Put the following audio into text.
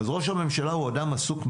אז ראש הממשלה הוא אדם עסוק מאוד,